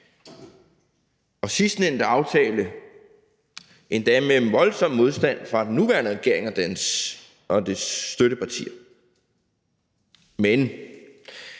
Sidstnævnte aftale var endda med voldsom modstand fra den nuværende regering og dens støttepartier, men